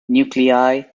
nuclei